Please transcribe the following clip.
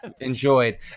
enjoyed